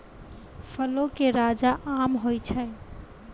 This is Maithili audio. फलो के राजा आम होय छै